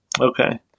Okay